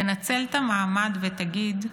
תנצל את המעמד ותגיד: